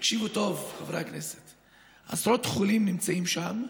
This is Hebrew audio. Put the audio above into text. תקשיבו טוב, חברי הכנסת: עשרות חולים נמצאים שם,